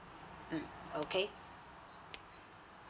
mm okay